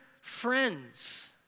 friends